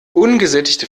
ungesättigte